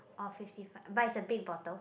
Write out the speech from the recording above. orh fifty fi~ but it's a big bottle